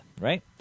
right